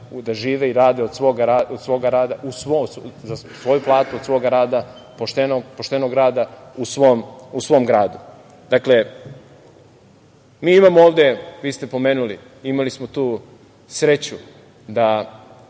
da žive i rade od svoga rada za svoju platu, poštenog rada u svom gradu. Dakle, mi imamo ovde, vi ste pomenuli, imali smo tu sreću da